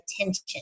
attention